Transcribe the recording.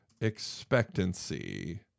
expectancy